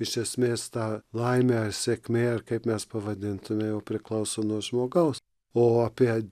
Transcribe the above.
iš esmės tą laimę sėkmė ar kaip mes pavadintume jau priklauso nuo žmogaus o apie